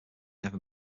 never